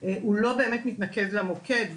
הוא לא באמת מתנקש למוקד,